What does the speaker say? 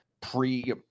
pre